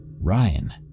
Ryan